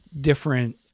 different